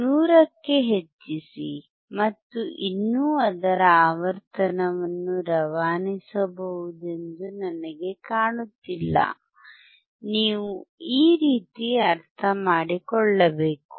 100 ಕ್ಕೆ ಹೆಚ್ಚಿಸಿ ಮತ್ತು ಇನ್ನೂ ಅದರ ಆವರ್ತನವನ್ನು ರವಾನಿಸಬಹುದೆಂದು ನನಗೆ ಕಾಣುತ್ತಿಲ್ಲ ನೀವು ಈ ರೀತಿ ಅರ್ಥಮಾಡಿಕೊಳ್ಳಬೇಕು